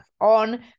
on